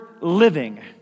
living